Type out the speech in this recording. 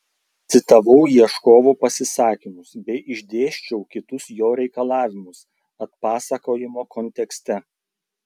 citavau ieškovo pasisakymus bei išdėsčiau kitus jo reikalavimus atpasakojimo kontekste